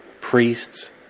priests